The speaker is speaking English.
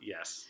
Yes